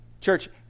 Church